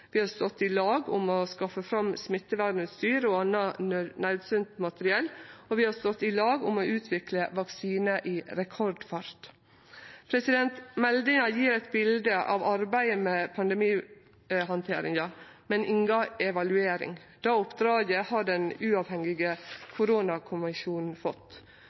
vi har stått i lag om å skaffe fram smittevernutstyr og anna naudsynt materiell, og vi har stått i lag om å utvikle vaksinar i rekordfart. Meldinga gjev eit bilde av arbeidet med pandemihandteringa, men inga evaluering. Det oppdraget har den uavhengige koronakommisjonen fått.